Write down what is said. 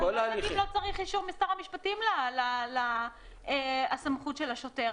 אני לא יודעת אם לא צריך אישור משר המשפטים לסמכות של השוטר.